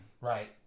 Right